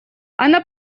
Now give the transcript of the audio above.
она